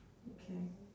okay